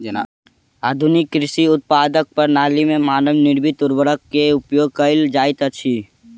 आधुनिक कृषि उत्पादनक प्रणाली में मानव निर्मित उर्वरक के उपयोग कयल जाइत अछि